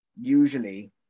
usually